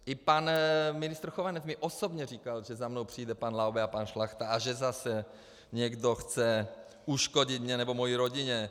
I pan ministr Chovanec mi osobně říkal, že za mnou přijde pan Laube a pan Šlachta a že zase někdo chce uškodit mně nebo mojí rodině.